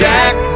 Jack